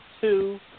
two